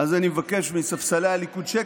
אז אני מבקש מספסלי הליכוד שקט,